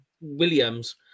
Williams